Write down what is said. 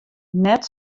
net